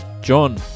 John